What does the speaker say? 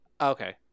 Okay